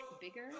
bigger